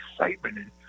excitement